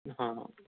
ہاں